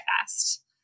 fast